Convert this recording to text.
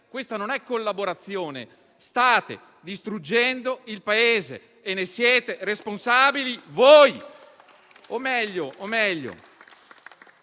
questa non è collaborazione. State distruggendo il Paese e ne siete responsabili voi.